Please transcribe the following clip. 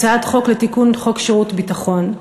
הצעת חוק לתיקון חוק שירות ביטחון,